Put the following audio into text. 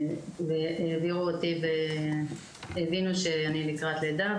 והעבירו אותי והבינו שאני לקראת לידה,